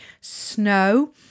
snow